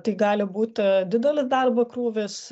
tai gali būti didelis darbo krūvis